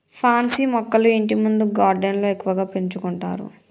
pansy మొక్కలు ఇంటిముందు గార్డెన్లో ఎక్కువగా పెంచుకుంటారు